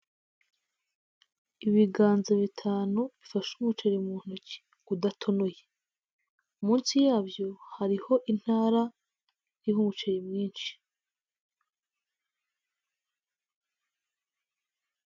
Ibiganza bitanu bifashe umuceri mu ntoki udatonoye, munsi yabyo hariho intara iriho umuceri mwinshi.